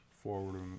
forward